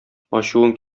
ачуың